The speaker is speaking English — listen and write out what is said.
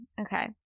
Okay